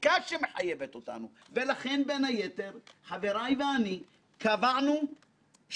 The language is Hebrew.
יש כאן כדי הובלת מהפיכה שטרם נראתה כמוה.